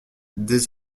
dès